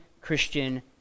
Christian